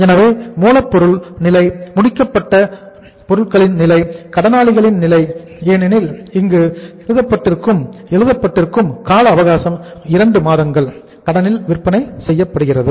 எனவே மூலப் பொருள் நிலை முடிக்கப்பட்ட பொருட்களின் நிலை கடனாளிகள் நிலை ஏனெனில் இங்கு எழுதப்பட்டிருக்கும் கால அவகாசம் 2 மாதங்கள் கடனில் விற்பனை செய்யப்படுகிறது